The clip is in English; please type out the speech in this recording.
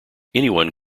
anyone